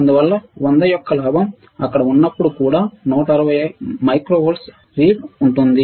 అందువల్ల 100 యొక్క లాభం అక్కడ ఉన్నప్పుడు కూడా 160 మైక్రో వోల్ట్ల రిపుల్ ఉంటుంది